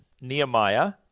Nehemiah